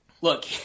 look